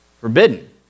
Forbidden